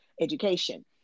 education